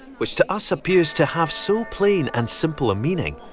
which to us appears to have so plain and simple a meaning,